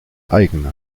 eigene